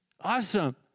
Awesome